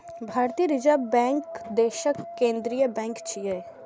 भारतीय reserve bank देशक केंद्रीय बैंक छियै